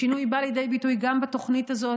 השינוי בא לידי ביטוי גם בתוכנית הזאת